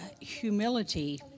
humility